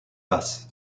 basses